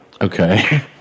Okay